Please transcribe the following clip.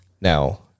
Now